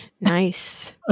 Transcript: Nice